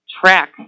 track